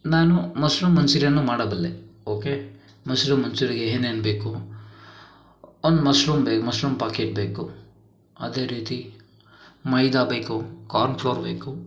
ನಾನು ಮಶ್ರೂಮ್ ಮಂಚೂರಿಯನ್ನು ಮಾಡಬಲ್ಲೆ ಓಕೆ ಮಶ್ರೂಮ್ ಮಂಚೂರಿಗೆ ಏನೇನು ಬೇಕು ಒಂದು ಮಶ್ರೂಮ್ ಬೇ ಮಶ್ರೂಮ್ ಪಾಕೆಟ್ ಬೇಕು ಅದೇ ರೀತಿ ಮೈದಾ ಬೇಕು ಕಾರ್ನ್ ಫ್ಲೋರ್ ಬೇಕು